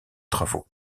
travaux